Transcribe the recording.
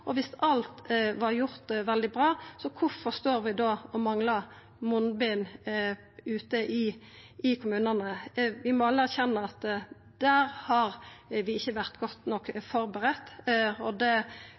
alt var gjort veldig bra, kvifor står vi da og manglar munnbind ute i kommunane? Vi må alle erkjenna at der har vi ikkje vore godt